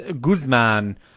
Guzman